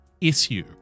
issue